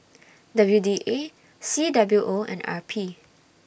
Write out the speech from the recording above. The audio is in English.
W D A C W O and R P